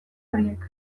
horiek